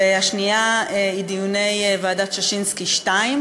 והשנייה היא דיוני ועדת ששינסקי 2,